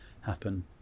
happen